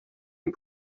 and